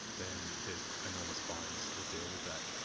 then there's enormous fines to deal with that.